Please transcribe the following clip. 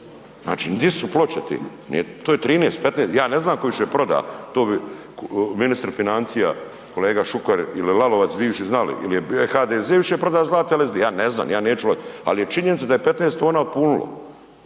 Znači di su ploče ti? To je 13, 15, ja ne znam tko je više proda to bi ministri financija, kolega Šuker ili Lalovac bivši znali, ili je HDZ više proda zlata ili, ja ne znam, ja neću ulazit, ali je činjenica da je 15 tona otpunulo.